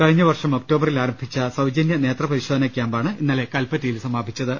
കഴിഞ്ഞ വർഷം ഒക്ടോബറിൽ ആരംഭിച്ച സൌജന്യ നേത്ര പരിശോധന ക്യാമ്പാണ് ഇന്നലെ കൽപറ്റയിൽ സമാപിച്ചത്